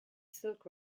silk